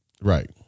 Right